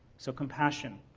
so compassion.